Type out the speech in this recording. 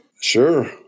Sure